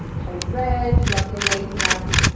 code red, love your lady landscape,